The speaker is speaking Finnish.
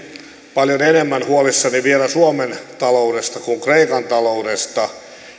paljon enemmän huolissani vielä suomen taloudesta kuin kreikan taloudesta